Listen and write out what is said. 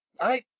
I